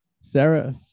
Sarah